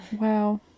Wow